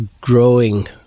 growing